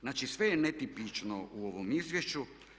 Znači sve je netipično u ovom izvješću.